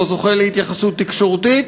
לא זוכה להתייחסות תקשורתית,